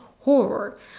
horror